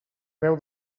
veu